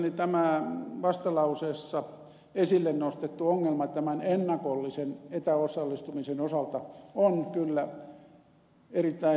mielestäni vastalauseessa esille nostettu ongelma ennakollisen etäosallistumisen osalta on kyllä erittäin merkittävä